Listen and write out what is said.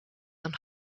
een